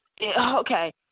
okay